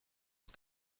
aux